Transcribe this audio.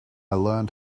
learned